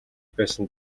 байсан